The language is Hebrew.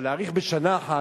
אבל להאריך בשנה אחת,